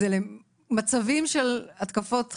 זה למצבים של התקפות כימיות,